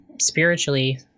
spiritually